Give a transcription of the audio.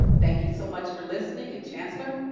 thank you so much for listening and chancellor,